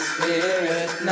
Spirit